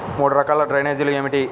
మూడు రకాల డ్రైనేజీలు ఏమిటి?